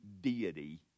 deity